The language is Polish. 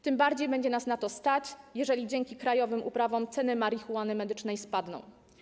Tym bardziej będzie nas na to stać, jeżeli dzięki krajowym uprawom ceny marihuany medycznej spadną.